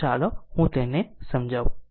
તો ચાલો હું તેને સમજાવું